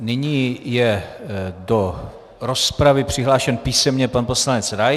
Nyní je do rozpravy přihlášen písemně pan poslanec Rais.